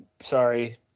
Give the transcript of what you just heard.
Sorry